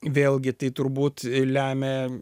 vėlgi tai turbūt lemia